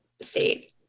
state